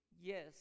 Yes